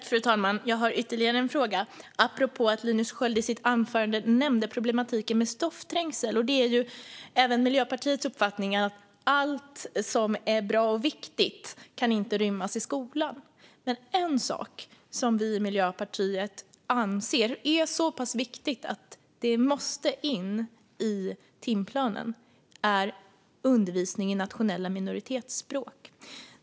Fru talman! Jag har ytterligare en fråga apropå att Linus Sköld i sitt anförande nämnde problematiken med stoffträngsel. Det är även Miljöpartiets uppfattning att allt som är bra och viktigt inte kan rymmas i skolan. Men en sak som vi i Miljöpartiet anser är så pass viktig att den måste in i timplanen är undervisning i nationella minoritetsspråk.